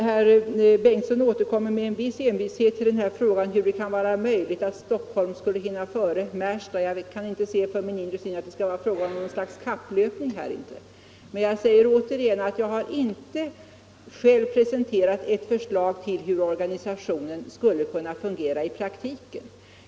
Herr Bengtsson i Göteborg återkommer med viss envishet till frågan om hur det kan vara möjligt att Stockholm skulle hinna före Märsta — men jag kan inte se för min inre syn att det skulle röra sig om något slags kapplöpning. Jag säger återigen att jag inte själv har presenterat ett förslag till hur organisationen skulle kunna fungera i praktiken.